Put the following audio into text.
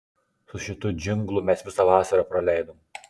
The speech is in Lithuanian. su šitu džinglu mes visą vasarą praleidom